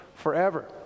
forever